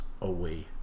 away